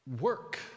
work